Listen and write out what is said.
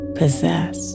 possess